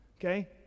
okay